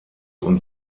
und